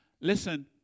Listen